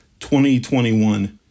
2021